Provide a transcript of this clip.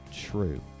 true